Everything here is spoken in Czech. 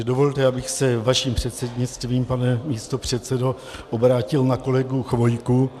Dovolte, abych se vaším prostřednictvím, pane místopředsedo, obrátil na kolegu Chvojku.